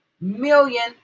million